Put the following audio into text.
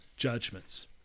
Judgments